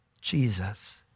Jesus